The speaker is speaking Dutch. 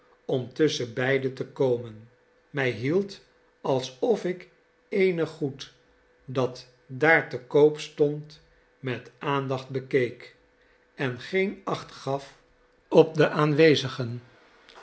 om tusschenbeide te komen mij hield alsof ik eenig goed dat daar te koop stond met aandacht bekeek en geen acht gaf op de aanwezigen